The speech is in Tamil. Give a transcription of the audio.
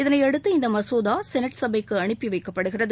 இதையடுத்து இந்த மசோதா சௌட் சபைக்கு அனுப்பி வைக்கப்படுகிறது